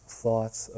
thoughts